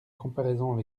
comparaison